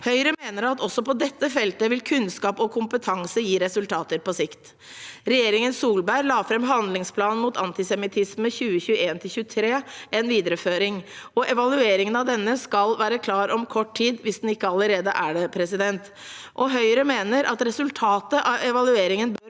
Høyre mener at også på dette feltet vil kunnskap og kompetanse gi resultater på sikt. Regjeringen Solberg la fram Handlingsplan mot antisemittisme 2021–2023 – en videreføring, og evalueringen av denne skal være klar om kort tid, hvis den ikke allerede er det. Høyre mener at resultatet av evalueringen bør